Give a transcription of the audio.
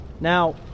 Now